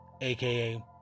aka